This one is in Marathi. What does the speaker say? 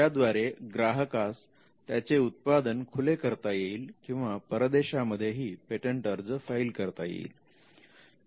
याद्वारे ग्राहकास त्याचे उत्पादन खुले करता येईल किंवा परदेशांमध्ये ही पेटंट अर्ज फाईल करता येईल